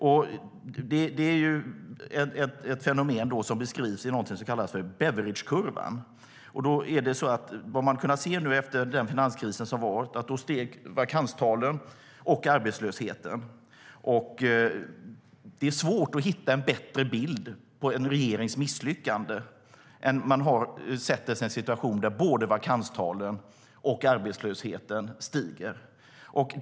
Det är ett fenomen som beskrivs i någonting som kallas för beveragekurvan. Efter den finanskris som har varit såg man att vakanstalen och arbetslösheten steg. Det är svårt att hitta en bättre bild på en regerings misslyckande än den att man sätter sig i en situation där både vakanstalen och arbetslösheten stiger.